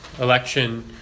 Election